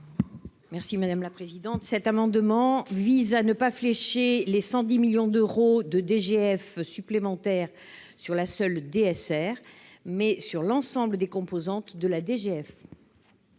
Merci madame la présidente, cet amendement vise à ne pas flécher les 110 millions d'euros de DGF supplémentaires sur la seule DSR mais sur l'ensemble des composantes de la DGF.